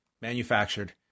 manufactured